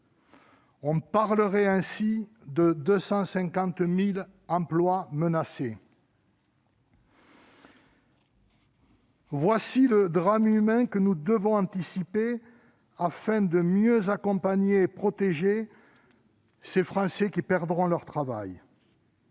On parlerait ainsi de 250 000 emplois menacés. Voilà le drame humain que nous devons anticiper, si nous voulons mieux accompagner et protéger ces Français qui perdront leur travail.